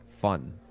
fun